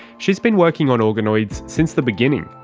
she's been working on organoids since the beginning,